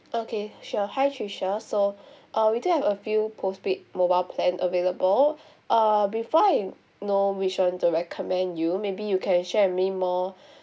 okay sure hi tricia so uh we do have a few postpaid mobile plan available uh before I know which one to recommend you maybe you can share to me more